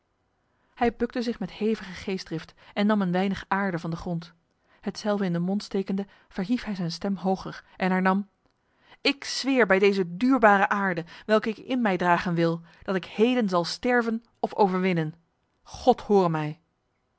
hij bukte zich met hevige geestdrift en nam een weinig aarde van de grond hetzelve in de mond stekende verhief hij zijn stem hoger en hernam ik zweer bij deze duurbare aarde welke ik in mij dragen wil dat ik heden zal sterven of overwinnen god hore mij